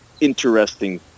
interesting